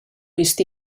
vist